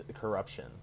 Corruption